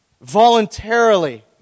voluntarily